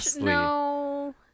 No